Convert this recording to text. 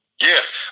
Yes